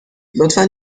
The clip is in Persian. لطفا